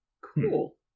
Cool